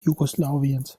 jugoslawiens